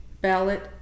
ballot